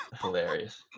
hilarious